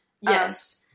yes